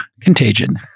contagion